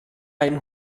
ein